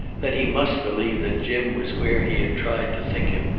then he must believe that jim was where he had tried to think him,